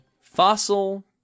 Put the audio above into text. Fossil